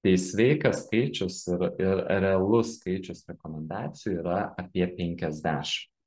tai sveikas skaičius ir ir realus skaičius rekomendacijų yra apie penkiasdešim